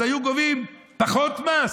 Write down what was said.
אז היו גובים פחות מס?